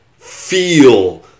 Feel